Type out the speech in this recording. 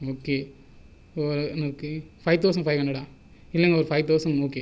okay five thousand five ஹண்ட்ரடன் இல்லைங்க ஒரு ஃபைவ் தவுசண்ட் ஓகே